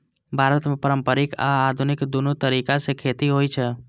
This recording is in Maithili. भारत मे पारंपरिक आ आधुनिक, दुनू तरीका सं खेती होइ छै